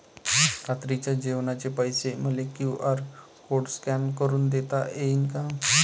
रात्रीच्या जेवणाचे पैसे मले क्यू.आर कोड स्कॅन करून देता येईन का?